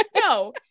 No